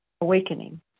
awakening